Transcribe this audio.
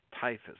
typhus